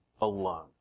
alone